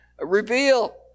reveal